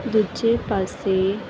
ਦੂਜੇ ਪਾਸੇ